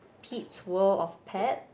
Pete's World of Pet